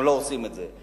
הם לא עושים את זה.